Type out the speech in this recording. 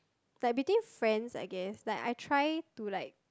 like between friends I guess like I try to like